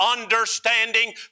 understanding